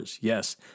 Yes